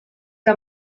que